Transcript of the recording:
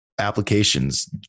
applications